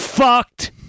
Fucked